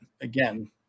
again